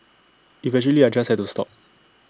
eventually I just had to stop